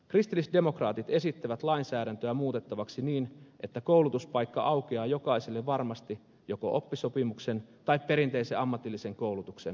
kristillisdemokraatit esittävät lainsäädäntöä muutettavaksi niin että koulutuspaikka aukeaa jokaiselle varmasti joko oppisopimuksen tai perinteisen ammatillisen koulutuksen parissa